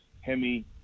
hemi